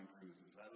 cruises